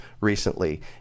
recently